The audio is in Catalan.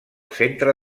centre